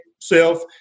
self